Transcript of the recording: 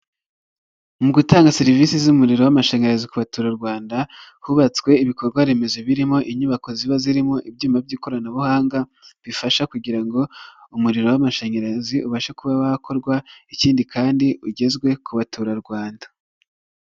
Mu gutanga serivisi z'umuriro w'amashanyarazi ku baturarwanda hubatswe ibikorwa remezo birimo inyubako ziba zirimo ibyuma by'ikoranabuhanga bifasha kugira ngo umuriro w'amashanyarazi ubashe kuba wakorwa ikindi kandi ugezwe ku baturarwanda.